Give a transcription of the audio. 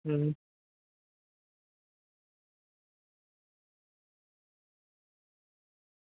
હમ્મ